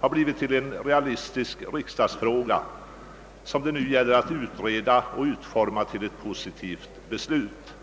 har blivit en realistisk riksdagsfråga, som det nu gäller att utreda och utforma till ett positivt beslut.